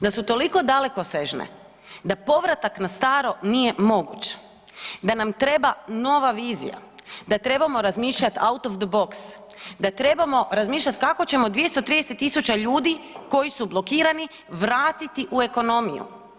Da su toliko dalekosežne da povratak na staro nije moguć, da nam treba nova vizija, da trebamo razmišljati out of the box, da trebamo razmišljati kako ćemo 230.000 ljudi koji su blokirani vratiti u ekonomiju.